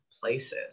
places